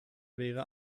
wäre